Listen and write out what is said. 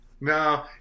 no